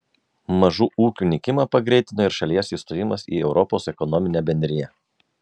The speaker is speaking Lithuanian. mažų ūkių nykimą pagreitino ir šalies įstojimas į europos ekonominę bendriją